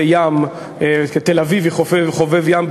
כתל-אביבי חובב ים,